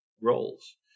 roles